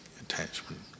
attachment